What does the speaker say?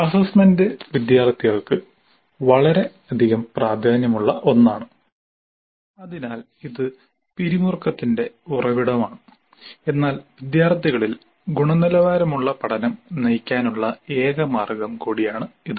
assessment വിദ്യാർത്ഥികൾക്ക് വളരെയധികം പ്രാധാന്യം ഉള്ള ഒന്നാണ് അതിനാൽ ഇത് പിരിമുറുക്കത്തിന്റെ ഉറവിടമാണ് എന്നാൽ വിദ്യാർത്ഥികളിൽ ഗുണനിലവാരമുള്ള പഠനം നയിക്കാനുള്ള ഏക മാർഗ്ഗം കൂടിയാണ് ഇത്